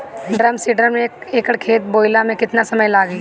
Drum seeder से एक एकड़ खेत बोयले मै कितना समय लागी?